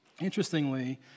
Interestingly